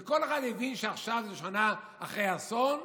כל אחד מבין שעכשיו, שנה אחרי האסון,